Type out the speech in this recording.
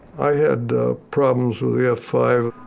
i had problems with the f five.